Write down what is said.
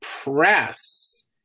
press